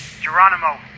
Geronimo